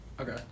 okay